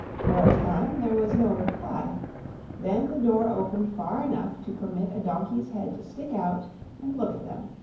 for a time there was no reply then the door opened far enough to permit a donkey's head to stick out and look at them.